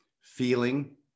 feeling